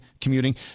commuting